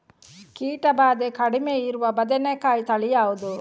ಕೀಟ ಭಾದೆ ಕಡಿಮೆ ಇರುವ ಬದನೆಕಾಯಿ ತಳಿ ಯಾವುದು?